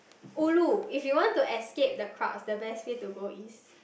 ulu if you want to escape the crowds the best place to go is